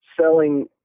selling